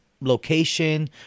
location